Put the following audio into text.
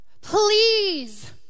Please